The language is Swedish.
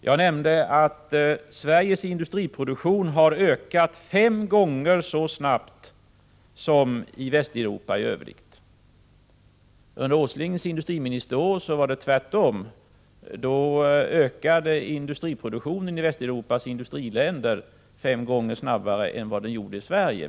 Jag nämnde att Sveriges industriproduktion har ökat fem gånger så snabbt som industriproduktionen i Västeuropa i övrigt. Under Åslings industriministerår var det tvärtom — då ökade industriproduktionen i Västeuropas industriländer fem gånger snabbare än industriproduktionen i Sverige.